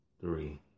three